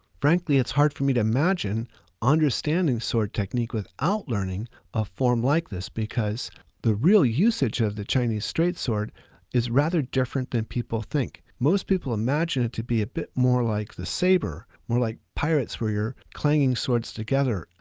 frankly, it's hard for me to imagine understanding sword technique without learning a form like this, because the real usage of the chinese straight sword is rather different than people think. most people imagine it to be a bit more like the sabre, more like pirates, where you're clanging swords together.